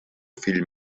fill